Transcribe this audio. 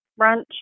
brunch